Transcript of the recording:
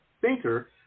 thinker